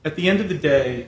at the end of the day